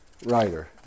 Writer